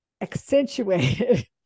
accentuated